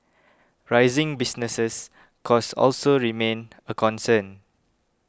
rising business costs also remain a concern